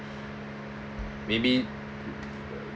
maybe